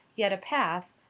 yet a path,